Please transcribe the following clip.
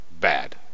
bad